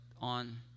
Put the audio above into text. on